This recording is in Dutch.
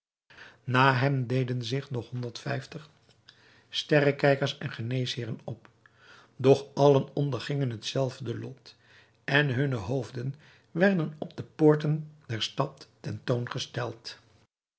na hem deden zich nog honderd-vijftig sterrekijkers en geneesheeren op doch allen ondergingen hetzelfde lot en hunne hoofden werden op de poorten der stad ten toon gesteld